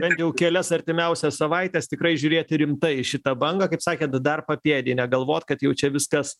bent jau kelias artimiausias savaites tikrai žiūrėti rimtai į šitą bangą kaip sakėt dar papėdėj negalvot kad jau čia viskas